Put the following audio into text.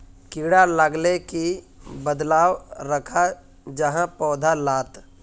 कीड़ा लगाले की बदलाव दखा जहा पौधा लात?